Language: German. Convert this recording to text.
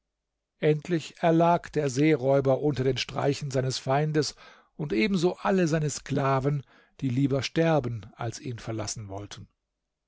endlich erlag der seeräuber unter den streichen seines feindes und ebenso alle seine sklaven die lieber sterben als ihn verlassen wollten